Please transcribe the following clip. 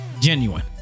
genuine